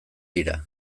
dira